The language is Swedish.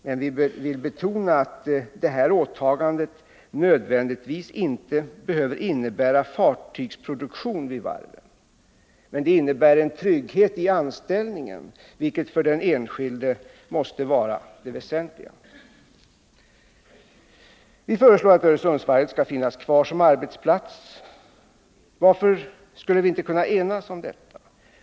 Vi vill emellertid betona att detta åtagande inte nödvändigtvis behöver innebära fartygsproduktion vid varven. Men det innebär en trygghet i anställningen, vilket för den enskilde måste vara det väsentliga. Regeringen föreslår att Öresundsvarvet skall finnas kvar som arbetsplats. Varför skulle vi inte kunna enas om detta?